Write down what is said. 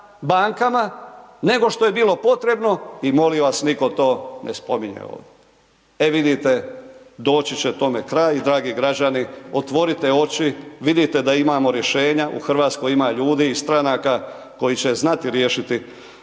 bankama, nego što je bilo potrebno i molim vas nitko to ne spominje ovdje. E vidite doći će tome kraj, dragi građani, otvorite oči, vidite da imamo rješenja, u Hrvatskoj ima ljudi i stranka koji će znati riješiti